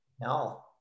No